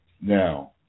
Now